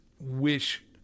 wish